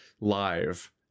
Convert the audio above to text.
live